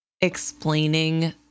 Explaining